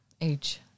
Age